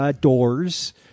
doors